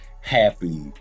happy